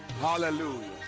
Hallelujah